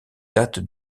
datent